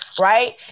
Right